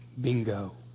Bingo